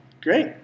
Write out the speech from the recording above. Great